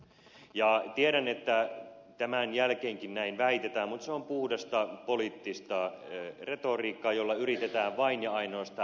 tiedän että tämän jälkeenkin näin väitetään mutta se on puhdasta poliittista retoriikkaa jolla yritetään vain ja ainoastaan hämmentää